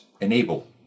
enable